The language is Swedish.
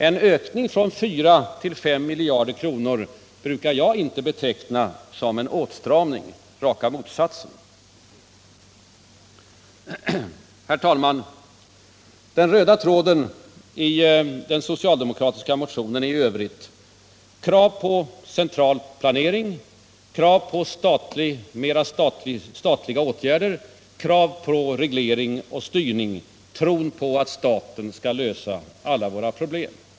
En ökning från 4 till 5 miljarder brukar inte jag beteckna som en åtstramning utan som raka motsatsen. Herr talman! Den röda tråden i den socialdemokratiska motionen är i övrigt krav på central planering, krav på flera statliga åtgärder, krav på reglering och styrning och tron på att staten skall lösa alla våra problem.